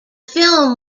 film